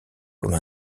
comme